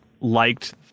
liked